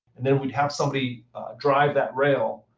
and then we'd have somebody drive that rail.